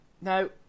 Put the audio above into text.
Now